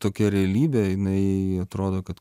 tokia realybė jinai atrodo kad